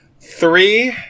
Three